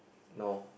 now